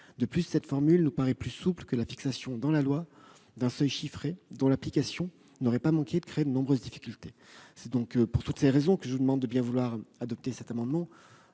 De plus, la formule proposée nous paraît plus souple que la fixation dans la loi d'un seuil chiffré, dont l'application ne manquerait pas de créer de nombreuses difficultés. Pour ces raisons, je vous demande de bien vouloir adopter cet amendement.